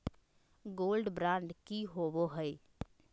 Gold bond की होबो है?